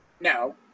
no